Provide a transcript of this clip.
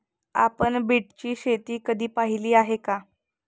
आपण बीटची शेती कधी पाहिली आहे का?